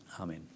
Amen